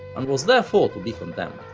and was therefore to be condemned.